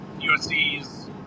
USC's